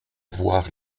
voir